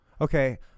Okay